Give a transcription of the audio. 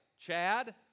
Chad